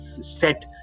set